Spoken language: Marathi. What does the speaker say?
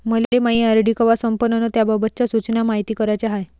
मले मायी आर.डी कवा संपन अन त्याबाबतच्या सूचना मायती कराच्या हाय